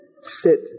sit